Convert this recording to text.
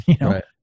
Right